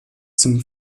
zum